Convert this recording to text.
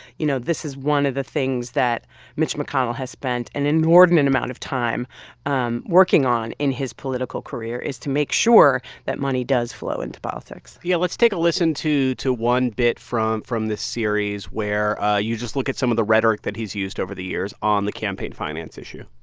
you know, this is one of the things that mitch mcconnell has spent an inordinate amount of time um working on in his political career is to make sure that money does flow into politics yeah, let's take a listen to to one bit from from this series where ah you just look at some of the rhetoric that he's used over the years on the campaign finance issue